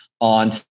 on